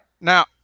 now